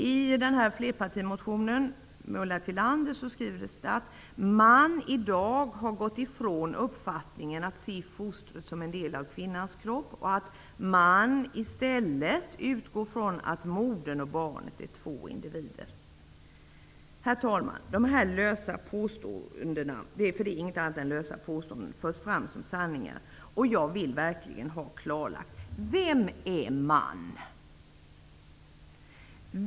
I Ulla Tillanders flerpartimotion står det skrivet att man i dag har gått ifrån uppfattningen att fostret är en del av kvinnans kropp och att man i stället utgår från att modern och barnet är två individer. Herr talman! Det här är lösa påståenden som förs fram som sanningar. Jag vill verkligen ha klarlagt vem motionärerna åsyftar när de använder ordet ''man''.